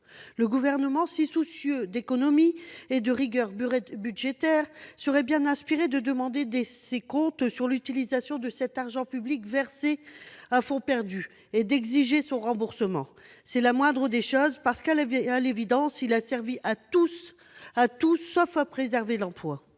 Le Gouvernement, qui est si soucieux d'économie et de rigueur budgétaire, serait bien inspiré de demander des comptes sur l'utilisation de cet argent public versé à fonds perdu et d'exiger son remboursement. C'est la moindre des choses. Car, à l'évidence, cela a servi à tout sauf à préserver l'emploi.